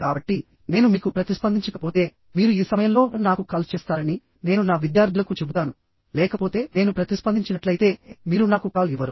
కాబట్టి నేను మీకు ప్రతిస్పందించకపోతే మీరు ఈ సమయంలో నాకు కాల్ చేస్తారని నేను నా విద్యార్థులకు చెబుతాను లేకపోతే నేను ప్రతిస్పందించినట్లయితే మీరు నాకు కాల్ ఇవ్వరు